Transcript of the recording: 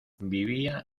vivía